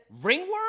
Ringworm